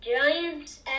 Giants